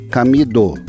Camido